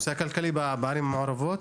לנושא הכלכלי בערים המעורבות,